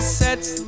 sets